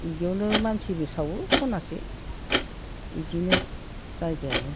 बिदियावनो मानसिबो सावो खनासे बिदिनो जायगायानो